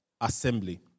assembly